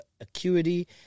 acuity